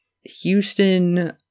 Houston